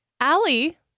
Allie